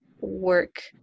work